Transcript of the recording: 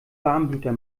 warmblüter